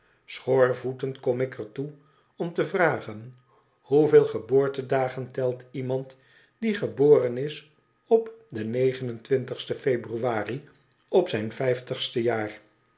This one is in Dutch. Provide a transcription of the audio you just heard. schoorvoetend kom ik er toe om te vragen hoeveel geboortedagen telt iemand die geboren is op den februari op zijn vijftigste jaar